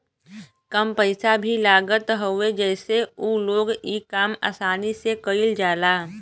कम पइसा भी लागत हवे जसे उ लोग इ काम आसानी से कईल जाला